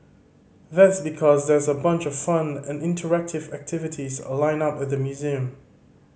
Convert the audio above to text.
that's because there's a bunch of fun and interactive activities a lined up at the museum